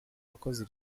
bakozi